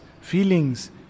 feelings